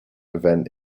event